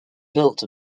built